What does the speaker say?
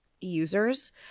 users